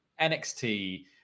NXT